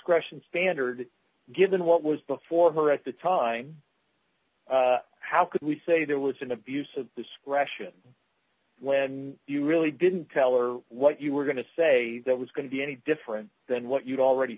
discretion standard given what was before her at the time how could we say there was an abuse of discretion when you really didn't tell her what you were going to say that was going to be any different than what you already